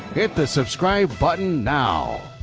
hit the subscribe button now!